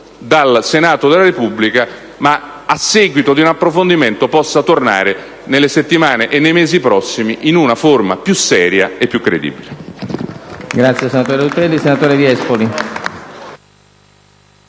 dal Senato della Repubblica, ma che anzi, a seguito di un approfondimento, possa tornare al nostro esame nelle settimane e nei mesi prossimi in una forma più seria e più credibile.